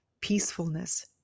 peacefulness